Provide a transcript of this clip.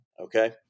Okay